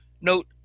Note